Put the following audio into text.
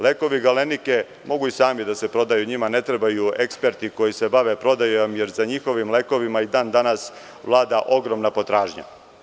Lekovi „Galenike“ mogu i sami da se prodaju, njima ne trebaju eksperti koji se bave prodajom, jer za njihovim lekovima i dan danas vlada ogromna potražnja.